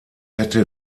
hätte